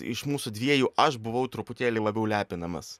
iš mūsų dviejų aš buvau truputėlį labiau lepinamas